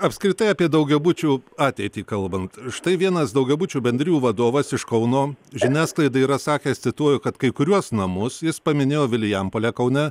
apskritai apie daugiabučių ateitį kalbant štai vienas daugiabučių bendrijų vadovas iš kauno žiniasklaidai yra sakęs cituoju kad kai kuriuos namus jis paminėjo vilijampolę kaune